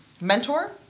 mentor